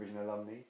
alumni